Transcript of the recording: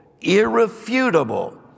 irrefutable